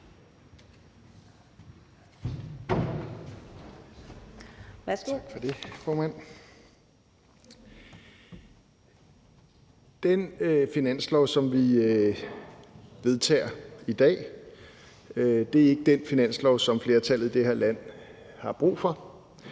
Den finanslov, som vi vedtager i dag, er ikke den finanslov, som flertallet i det her land har brug for.